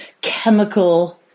chemical